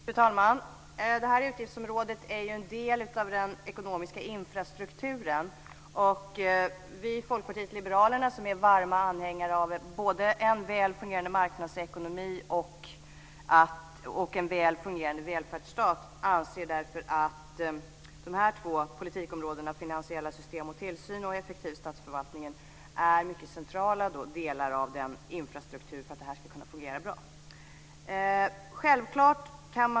Fru talman! Det här utgiftsområdet är en del av den ekonomiska infrastrukturen. Vi i Folkpartiet liberalerna är varma anhängare av både en väl fungerande marknadsekonomi och en väl fungerande välfärdsstat, och vi anser att de två politikområdena finansiella system och tillsyn och en effektiv statsförvaltning är mycket centrala delar i den infrastruktur som krävs för att det här ska fungera bra.